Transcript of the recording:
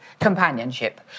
companionship